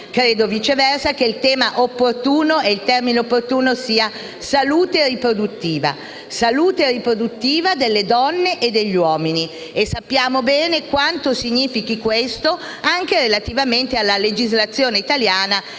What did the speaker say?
che viceversa il termine opportuno sia «salute riproduttiva» delle donne e degli uomini. Sappiamo bene ciò che questo comporta anche relativamente alla legislazione italiana,